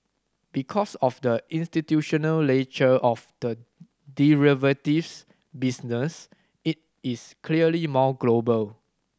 because of the institutional nature of the derivatives business it is clearly more global